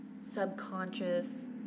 subconscious